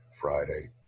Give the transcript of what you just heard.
Friday